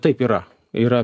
taip yra yra